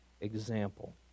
example